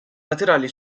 laterali